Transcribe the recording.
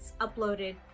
uploaded